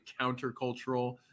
countercultural